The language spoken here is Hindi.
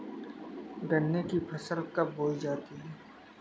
गन्ने की फसल कब बोई जाती है?